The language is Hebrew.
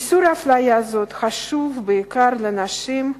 איסור אפליה חשוב בעיקר לנשים,